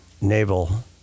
naval